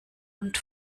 und